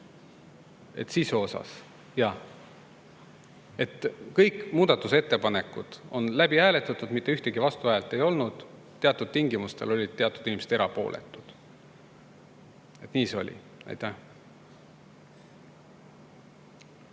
Sisu osas, jah. Kõik muudatusettepanekud on läbi hääletatud, mitte ühtegi vastuhäält ei olnud, teatud tingimustel olid teatud inimesed erapooletud. Nii see oli. Head